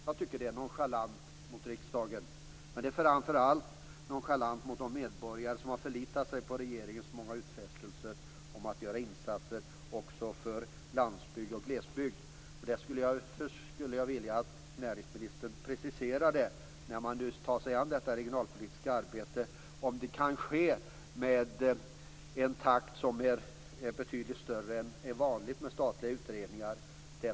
Jag tycker att det är nonchalant mot riksdagen, men det är framför allt nonchalant mot de medborgare som har förlitat sig på regeringens många utfästelser om att göra insatser också för landsbygd och glesbygd. När man nu tar sig an detta regionalpolitiska arbete skulle jag därför vilja att näringsministern ger besked om det kan ske i en takt som är betydligt högre än vad som är vanligt i statliga utredningar.